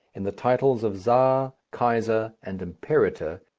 in the titles of czar, kaiser, and imperator,